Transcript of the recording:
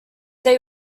they